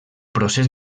procés